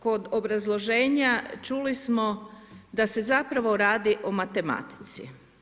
Kod obrazloženja, čuli smo da se zapravo radi o matematici.